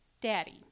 daddy